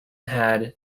had